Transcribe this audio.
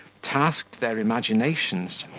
tasked their imaginations,